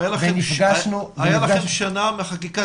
הייתה לכם שנה מחקיקת